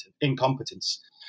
incompetence